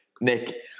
Nick